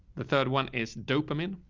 the third one is dopamine.